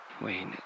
wait